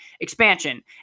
expansion